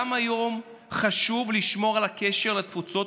גם היום חשוב לשמור על הקשר עם התפוצות,